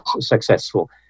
successful